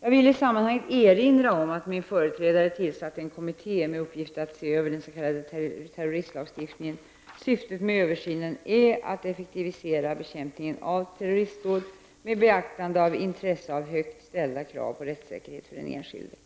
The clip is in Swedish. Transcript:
Jag vill i sammanhanget erinra om att min företrädare tillsatte en kommitté med uppgift att se över den s.k. terroristlagstiftningen. Syftet med översynen är att effektivisera bekämpningen av terroristdåd med beaktande av intresset av högt ställda krav på rättsäkerhet för den enskilde.